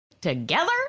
together